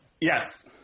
Yes